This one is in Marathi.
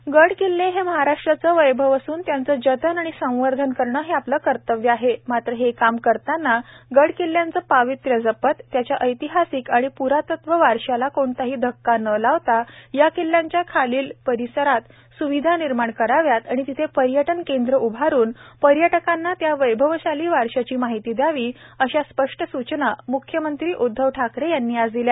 गडकिल्ले गडकिल्ले हे महाराष्ट्राचे वैभव असून त्यांचे जतन आणि संवर्धन करणे हे आपले कर्तव्य आहे मात्र हे काम करतांना गडकिल्ल्यांचे पावित्र्य जपत त्याच्या ऐतिहासिक आणि प्रातत्व वारशाला कोणताही धक्का न लावता या किल्ल्यांच्या खालील परिसरात स्विधा निर्माण कराव्यात व तिथे पर्यटन केंद्र उभारून पर्यटकांना त्या वैभवशाली वारशाची माहिती द्यावी अशा स्पष्ट स्चना म्ख्यमंत्री उद्वव ठाकरे यांनी आज दिल्या